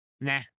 nah